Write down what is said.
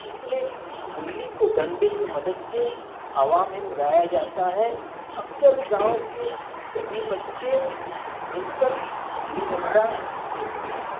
اس میں گلی کو ڈنڈے کی مدد سے ہوا میں اڑایا جاتا ہے اکثر گاؤں کے سبھی بچے مل کر گلی ڈنڈا کھیلتے ہیں